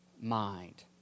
mind